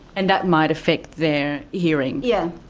and that might affect their hearing? yeah